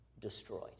destroyed